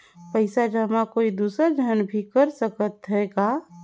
पइसा जमा कोई दुसर झन भी कर सकत त ह का?